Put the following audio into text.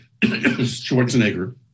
Schwarzenegger